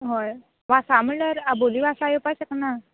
हय वासा म्हणल्यार आबोंली वासा येवपा शकना